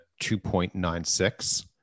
2.96%